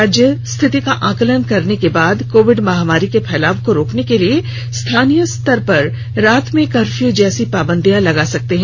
राज्य स्थिति का आकलन करने के बाद कोविड महामारी के फैलाव को रोकने के लिए स्थानीय स्तर पर रात के कर्फ़यू जैसी पाबंदियां लगा सकते हैं